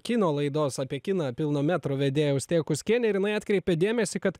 kino laidos apie kiną pilno metro vedėja austėja kuskiene ir jinai atkreipė dėmesį kad